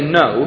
no